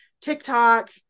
TikTok